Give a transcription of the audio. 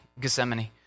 Gethsemane